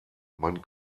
man